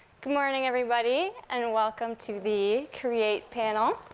good morning, everybody, and welcome to the create panel.